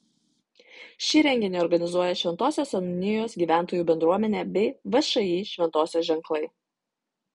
šį renginį organizuoja šventosios seniūnijos gyventojų bendruomenė bei všį šventosios ženklai